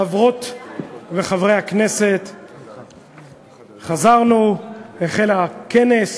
חברות וחברי הכנסת, חזרנו, החל הכנס,